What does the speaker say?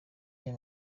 aya